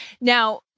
Now